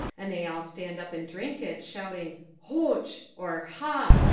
and they all stand up and drink it, shouting hoch! or ha!